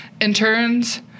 interns